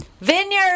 Vineyard